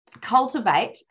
cultivate